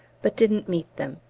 but didn't meet them.